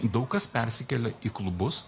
daug kas persikelia į klubus